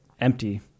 empty